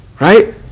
Right